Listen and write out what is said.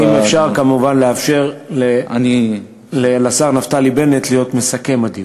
אם אפשר כמובן לאפשר לשר נפתלי בנט להיות מסכם הדיון,